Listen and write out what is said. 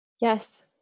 Yes